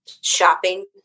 shopping